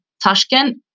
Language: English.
Tashkent